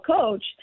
coach